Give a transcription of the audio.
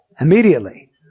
Immediately